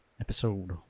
episode